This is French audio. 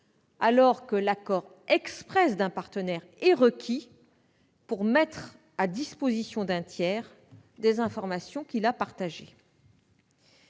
alors que l'accord exprès d'un partenaire est requis pour mettre à disposition d'un tiers des informations qu'il a partagées.